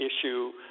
issue